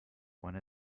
one